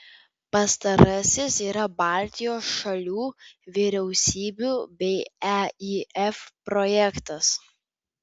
pastarasis yra baltijos šalių vyriausybių bei eif projektas